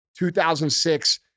2006